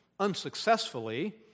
unsuccessfully